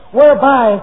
whereby